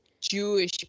Jewish